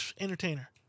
entertainer